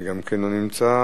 גם כן לא נמצא,